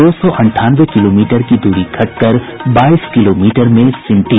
दो सौ अंठानवे किलोमीटर की दूरी घटकर बाईस किलोमीटर में सिमटी